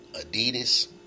Adidas